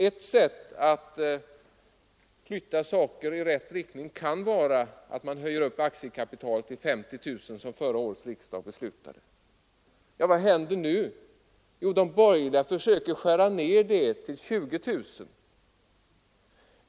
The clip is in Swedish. Ett sätt att flytta saker i rätt riktning kan vara att höja upp aktiekapitalet till 50 000 kronor, som förra årets riksdag beslutade. Ja, vad händer nu? De borgerliga försöker skära ner det beloppet till 20 000 kronor.